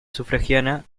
sufragánea